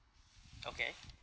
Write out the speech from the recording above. okay